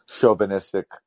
chauvinistic